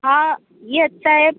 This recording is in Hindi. हाँ ये अच्छा है